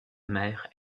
maire